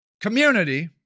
community